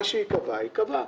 מה שייקבע ייקבע.